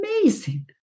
amazing